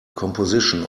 composition